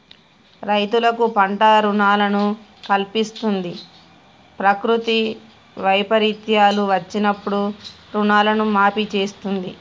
రైతులకు పంట రుణాలను కల్పిస్తంది, ప్రకృతి వైపరీత్యాలు వచ్చినప్పుడు రుణాలను మాఫీ చేస్తుంది